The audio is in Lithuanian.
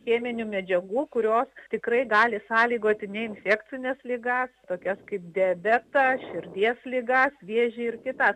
cheminių medžiagų kurios tikrai gali sąlygoti neinfekcines ligas tokias kaip diabetą širdies ligas vėžį ir kitas